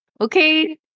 Okay